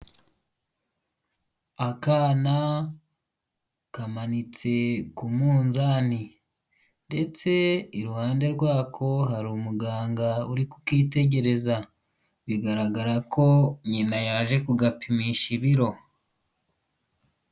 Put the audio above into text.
Akana kamanitse ku munzani, ndetse iruhande rwako hari umuganga uri kukitegereza, bigaragara ko nyina yaje kugapimisha ibiro.